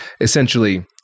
essentially